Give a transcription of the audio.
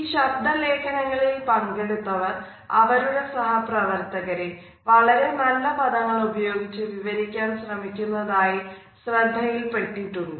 ഈ ശബ്ദലേഖനങ്ങളിൽ പങ്കെടുത്തവർ അവരുടെ സഹപ്രവർത്തകരെ വളരെ നല്ല പദങ്ങൾ ഉപയോഗിച്ച് വിവരിക്കാൻ ശ്രമിക്കുന്നതായി ശ്രദ്ധയിൽപ്പെട്ടിട്ടുണ്ട്